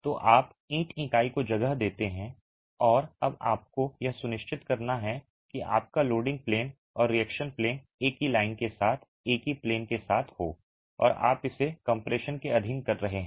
तो आप ईंट इकाई को जगह देते हैं और अब आपको यह सुनिश्चित करना है कि आपका लोडिंग प्लेन और रिएक्शन प्लेन एक ही लाइन के साथ एक ही प्लेन के साथ हो और आप इसे कंप्रेशन के अधीन कर रहे हैं